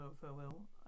farewell